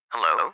Hello